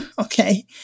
okay